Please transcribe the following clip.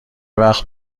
وقت